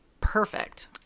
perfect